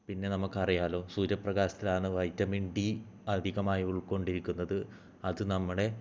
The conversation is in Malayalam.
പിന്നെ നമുക്കറിയാലോ സൂര്യപ്രകാശത്തിലാണ് വൈറ്റമിൻ ഡി അധികമായി ഉൾക്കൊണ്ടിരിക്കുന്നത് അത് നമ്മുടെ